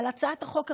על הצעת החוק הראשונה,